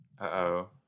Uh-oh